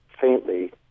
faintly